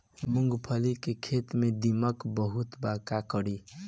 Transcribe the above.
मूंगफली के खेत में दीमक बहुत बा का करी?